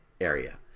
area